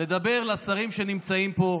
לדבר לשרים שנמצאים פה: